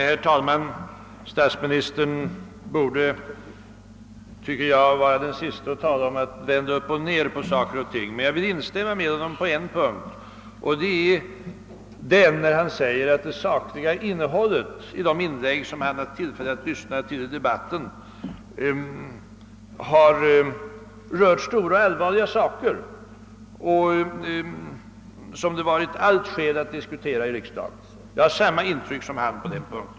Herr talman! Statsministern borde vara den siste att tala om att vända upp och ner på saker och ting, men jag instämmer med honom på en punkt. Det är när han säger att det sakliga innehållet i de inlägg som han haft tillfälle att lyssna till i debatten har rört stora och allvarliga ting som det varit allt skäl att diskutera i riksdagen. Jag har samma intryck som han på den punkten.